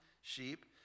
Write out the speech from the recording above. sheep